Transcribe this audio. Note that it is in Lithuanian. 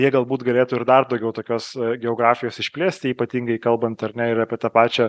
jie galbūt galėtų ir dar daugiau tokios geografijos išplėsti ypatingai kalbant ar ne ir apie tą pačią